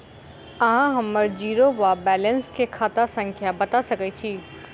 अहाँ हम्मर जीरो वा बैलेंस केँ खाता संख्या बता सकैत छी?